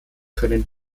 können